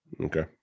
Okay